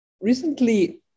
recently